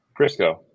Crisco